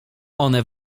one